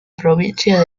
provincia